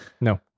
No